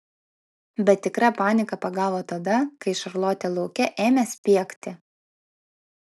bet tikra panika pagavo tada kai šarlotė lauke ėmė spiegti